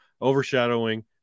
overshadowing